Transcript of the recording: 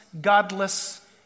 godless